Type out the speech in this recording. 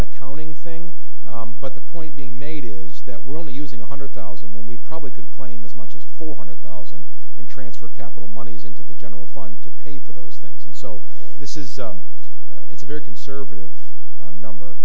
an accounting thing but the point being made is that we're only using one hundred thousand when we probably could claim as much as four hundred thousand and transfer capital monies into the general fund to pay for those things and so this is it's a very conservative number